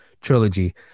trilogy